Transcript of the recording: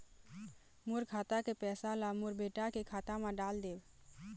मोर खाता के पैसा ला मोर बेटा के खाता मा डाल देव?